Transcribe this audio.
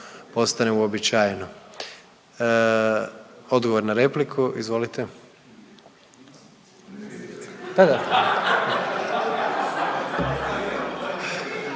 postane uobičajeno. Odgovor na repliku, izvolite.